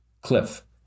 cliff